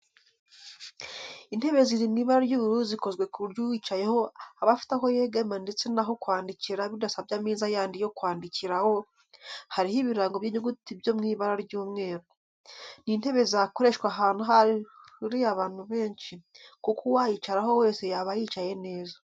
Intebe ziri mu ibara ry'ubururu zikozwe ku buryo uyicayeho aba afite aho yegamira ndetse n'aho kwandikira bidasabye ameza yandi yo kwandikiraho, hariho ibirango by'inyuguti byo mu ibara ry'umweru. Ni intebe zakoreshwa ahantu hahuriye abantu benshi kuko uwayicaraho wese yaba yicaye neza.